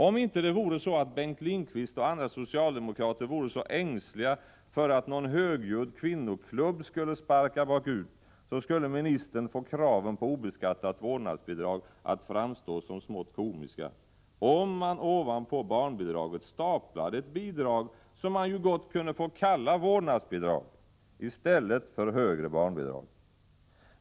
Om det inte vore så att Bengt Lindqvist och andra socialdemokrater vore så ängsliga för att någon högljudd kvinnoklubb skulle sparka bakut, så skulle ministern få kraven på obeskattat vårdnadsbidrag att framstå som smått komiska, om man ovanpå barnbidraget staplar ett bidrag som man gott kunde få kalla vårdnadsbidrag i stället för högre barnbidrag.